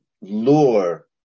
lure